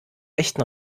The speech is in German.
echten